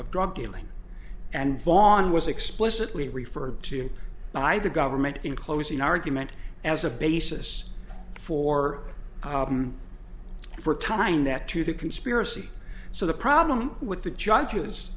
of drug dealing and von was explicitly referred to by the government in closing argument as a basis for for time that to the conspiracy so the problem with the judge